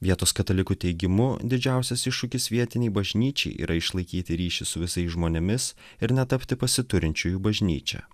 vietos katalikų teigimu didžiausias iššūkis vietinei bažnyčiai yra išlaikyti ryšį su visais žmonėmis ir netapti pasiturinčiųjų bažnyčia